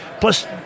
Plus